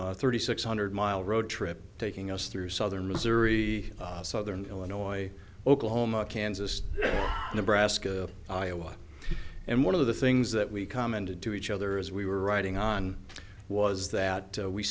a thirty six hundred mile road trip taking us through southern missouri southern illinois oklahoma kansas nebraska iowa and one of the things that we commented to each other as we were writing on was that